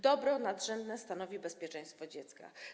Dobro nadrzędne stanowi bezpieczeństwo dziecka.